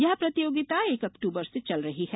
यह प्रतियोगिता एक अक्टूबर से चल रही है